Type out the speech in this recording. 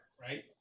right